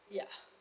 ya